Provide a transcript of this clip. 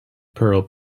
pearl